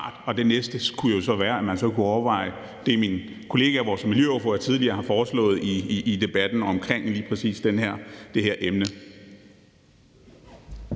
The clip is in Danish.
Det næste kunne jo så være, at man kunne overveje det, min kollega, vores miljøordfører, tidligere har foreslået i debatten omkring lige præcis det her emne.